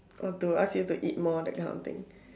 or to ask you to eat more that kind of thing